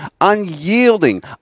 unyielding